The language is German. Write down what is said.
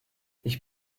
ich